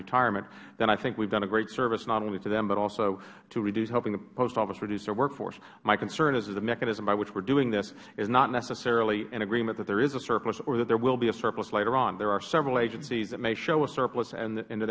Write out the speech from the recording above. retirement then i think we have done a great service not only to them but also to helping the post office reduce their workforce my concern is the mechanism by which we are doing this is not necessarily an agreement that there is a surplus or that there will be a surplus later on there are several agencies that may show a surplus